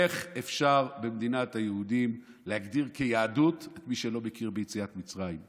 איך אפשר במדינת היהודים להגדיר כיהדות מי שלא מכיר ביציאת מצרים?